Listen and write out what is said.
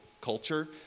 culture